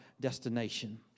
destination